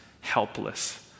helpless